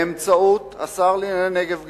באמצעות השר לענייני הנגב והגליל,